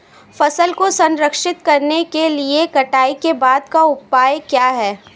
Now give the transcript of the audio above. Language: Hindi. फसल को संरक्षित करने के लिए कटाई के बाद के उपाय क्या हैं?